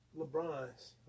LeBron's